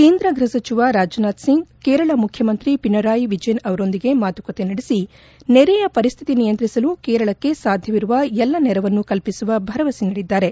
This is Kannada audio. ಕೇಂದ್ರ ಗೃಹ ಸಚಿವ ರಾಜನಾಥ್ ಸಿಂಗ್ ಕೇರಳ ಮುಖ್ಯಮಂತ್ರಿ ಪಿಣರಾಯ್ ವಿಜಯನ್ ಅವರೊಂದಿಗೆ ಮಾತುಕತೆ ನಡೆಸಿ ನೆರೆಯ ಪರಿಸ್ಥಿತಿ ನಿಯಂತ್ರಿಸಲು ಕೇರಳಕ್ಕೆ ಸಾಧ್ಯವಿರುವ ಎಲ್ಲ ನೆರವನ್ನು ಕಲ್ಪಿಸುವ ಭರವಸೆ ನೀಡಿದ್ದಾರೆ